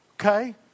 Okay